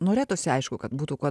norėtųsi aišku kad būtų kuo